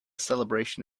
celebration